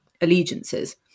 allegiances